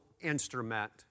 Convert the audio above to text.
instrument